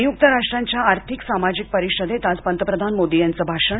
संयुक्त राष्ट्रांच्या आर्थिक सामाजिक परिषदेत आज पंतप्रधान मोदी यांचं भाषण